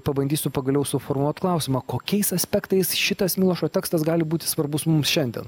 pabandysiu pagaliau suformuot klausimą kokiais aspektais šitas milošo tekstas gali būti svarbus mums šiandien